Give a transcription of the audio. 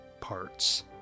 parts